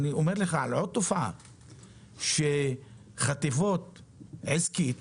אני מדבר על תופעה נוספת, שחטיבה עסקית